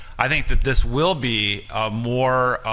i think that this will be a more